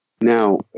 Now